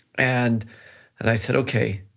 and and i said, okay,